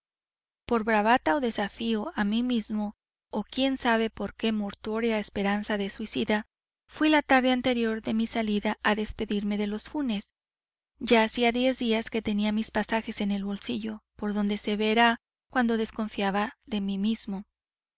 por bravata o desafío a mí mismo o quién sabe por qué mortuoria esperanza de suicida fuí la tarde anterior de mi salida a despedirme de los funes ya hacía diez días que tenía mis pasajes en el bolsillo por donde se verá cuánto desconfiaba de mí mismo